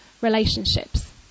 relationships